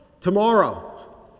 tomorrow